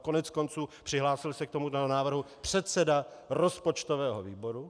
Koneckonců přihlásil se k návrhu předseda rozpočtového výboru.